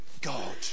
God